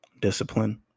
discipline